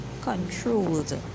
controlled